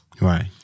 right